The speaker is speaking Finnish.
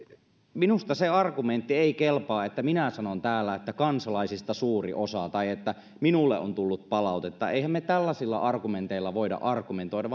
minusta se argumentti ei kelpaa että minä sanon täällä että kansalaisista suuri osa tai että minulle on tullut palautetta emmehän me tällaisilla argumenteilla voi argumentoida